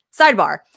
Sidebar